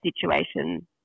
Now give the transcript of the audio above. situation